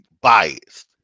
biased